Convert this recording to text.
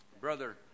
Brother